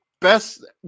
best